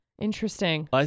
Interesting